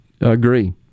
Agree